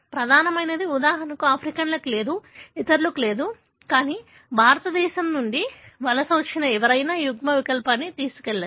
ప్రధానమైనది ఉదాహరణకు ఆఫ్రికన్లకు లేదు ఇతరులకు లేదు కానీ భారతదేశం నుండి వలస వచ్చిన ఎవరైనా ఈ యుగ్మవికల్పాన్ని తీసుకెళ్లవచ్చు